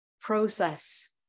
process